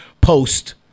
post